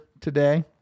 today